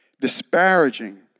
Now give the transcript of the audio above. disparaging